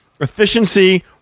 efficiency